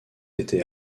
été